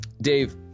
Dave